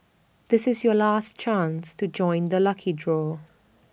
this is your last chance to join the lucky draw